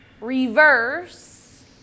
reverse